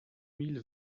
mille